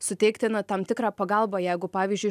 suteikti na tam tikrą pagalbą jeigu pavyzdžiui